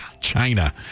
China